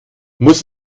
muss